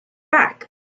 back